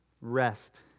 rest